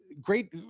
great